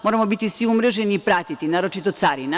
Moramo biti svi umreženi i pratiti, naročito carina.